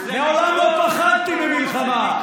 מעולם לא פחדתי ממלחמה,